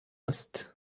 هست